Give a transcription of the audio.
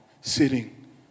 sitting